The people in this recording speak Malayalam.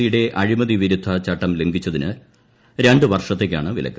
സി യുടെ അഴിമതി വിരുദ്ധ ചട്ടം ലംഘിച്ചതിന് രണ്ടു വർഷത്തേയ്ക്കാണ് വിലക്ക്